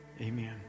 Amen